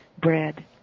Bread